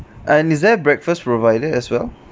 and is there breakfast provided as well